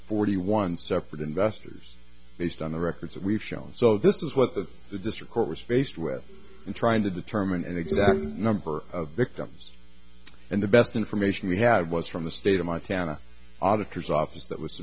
forty one separate investors based on the records we've shown so this is what the district court was faced with in trying to determine an exact number of victims and the best information we had was from the state of montana auditors office that was